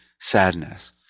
sadness